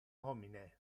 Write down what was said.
homine